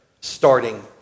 starting